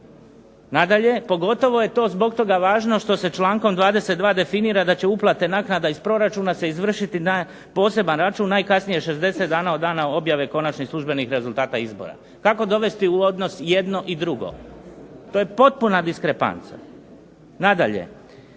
Nadalje, pogotovo je to zbog toga važno što se člankom 22. definira da će uplate naknada iz proračuna se izvršiti na poseban račun najkasnije 60 dana od dana objave konačnih službenih rezultata izbora. Kako dovesti u odnos jedno i drugo? To je popuna diskrepanca. Nadalje.